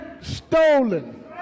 stolen